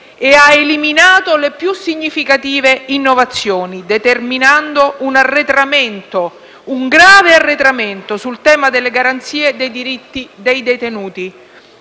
e ha eliminato le più significative innovazioni, determinando un grave arretramento sul tema delle garanzie dei diritti dei detenuti,